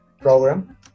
program